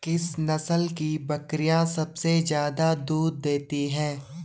किस नस्ल की बकरीयां सबसे ज्यादा दूध देती हैं?